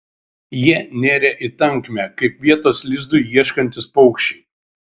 jie nėrė į tankmę kaip vietos lizdui ieškantys paukščiai